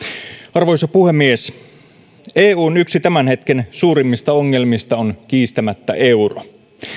arvoisa puhemies eun yksi tämän hetken suurimmista ongelmista on kiistämättä euro